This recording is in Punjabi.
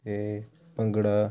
ਅਤੇ ਭੰਗੜਾ